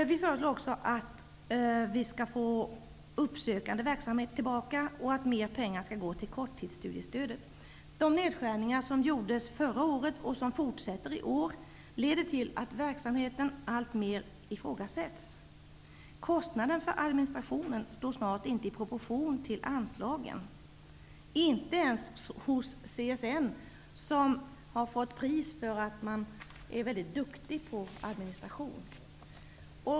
Vi föreslår också att vi skall få tillbaka möjligheten till uppsökande verksamhet och att mer pengar skall gå till korttidsstudiestödet. De nedskärningar som gjordes förra året, och som fortsätter i år, leder till att verksamheten alltmer ifrågasätts. Kostnaden för administrationen står snart inte i proportion till anslagen -- inte ens hos CSN som har fått pris för att man är duktig på administration.